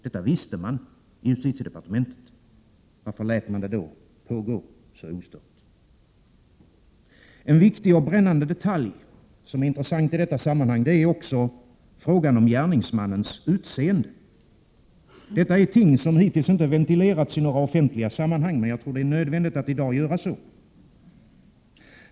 Detta visste man i justitiedepartementet. Varför lät man det pågå? En viktig och brännande detalj är också frågan om gärningsmannens utseende. Detta är ting som hittills inte ventilerats i offentliga sammanhang. Men det är nödvändigt att i dag göra så.